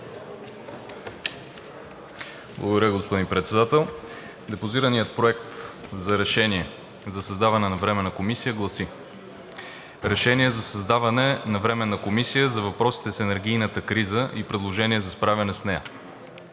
Благодаря, господин Председател. Депозираният Проект за решение за създаване на Временна комисия гласи: „Проект! РЕШЕНИЕ за създаване на Временна комисия за въпросите с енергийната криза и предложение за справяне с нея